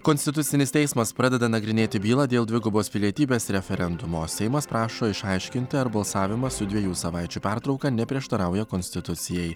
konstitucinis teismas pradeda nagrinėti bylą dėl dvigubos pilietybės referendumo seimas prašo išaiškinti ar balsavimas su dviejų savaičių pertrauka neprieštarauja konstitucijai